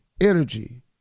energy